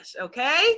Okay